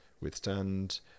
withstand